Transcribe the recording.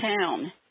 town